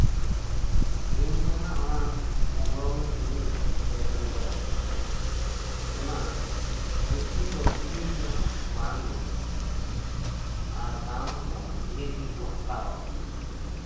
ᱤᱧ ᱡᱟᱦᱟᱸ ᱚᱱᱟ ᱠᱚᱞᱚᱢ ᱤᱧ ᱠᱤᱨᱤᱧ ᱞᱮᱫᱟ ᱦᱮᱸᱫᱮ ᱠᱟᱞᱤ ᱠᱚᱞᱚᱢ ᱚᱱᱟ ᱨᱤᱯᱷᱤᱞ ᱫᱤ ᱠᱤᱨᱤᱧ ᱛᱮᱦᱚᱸ ᱵᱟᱝ ᱧᱟᱢᱚᱜ ᱠᱟᱱᱟ ᱟᱨ ᱫᱟᱢ ᱦᱚᱸ ᱰᱷᱮᱨ ᱜᱮᱠᱚ ᱦᱟᱛᱟᱣ ᱮᱫᱟ